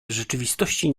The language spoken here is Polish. rzeczywistości